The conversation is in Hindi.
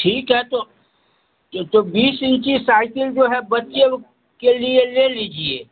ठीक है तो ये तो बीस इंची साइकिल जो है बच्चे लोग के लिए ले लीजिए